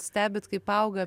stebit kaip auga